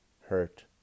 hurt